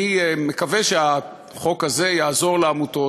אני מקווה שהחוק הזה יעזור לעמותות,